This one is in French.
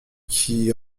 qui